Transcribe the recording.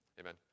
Amen